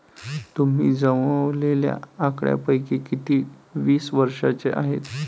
तुम्ही जमवलेल्या आकड्यांपैकी किती वीस वर्षांचे आहेत?